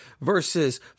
verses